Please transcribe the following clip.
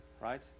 Right